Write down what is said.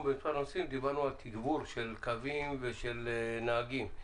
במס' הנוסעים דיברנו על תגבור של קווים ושל נהגים,